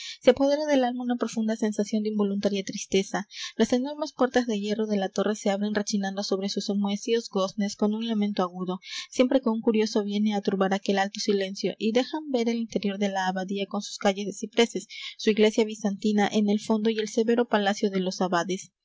se apodera del alma una profunda sensación de involuntaria tristeza las enormes puertas de hierro de la torre se abren rechinando sobre sus enmohecidos goznes con un lamento agudo siempre que un curioso viene á turbar aquel alto silencio y dejan ver el interior de la abadía con sus calles de cipreses su iglesia bizantina en el fondo y el severo palacio de los abades